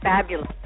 fabulous